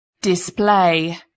display